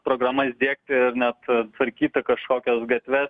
programas diegti ir net tvarkyti kažkokias gatves